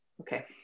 Okay